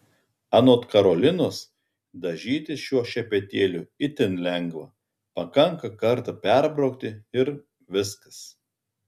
anot karolinos dažytis šiuo šepetėliu itin lengva pakanka kartą perbraukti ir viskas